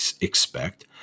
expect